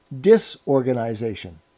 disorganization